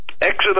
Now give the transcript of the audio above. Exodus